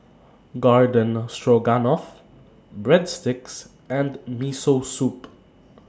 Garden Stroganoff Breadsticks and Miso Soup